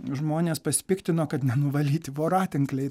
žmonės pasipiktino kad nenuvalyti voratinkliai